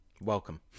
Welcome